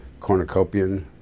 cornucopian